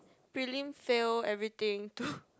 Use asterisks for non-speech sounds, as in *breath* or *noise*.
prelim fail everything to *breath*